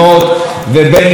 ובין ישראל,